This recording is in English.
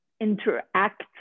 interact